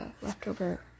leftover